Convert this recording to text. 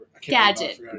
gadget